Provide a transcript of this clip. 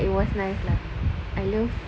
but it was nice lah I love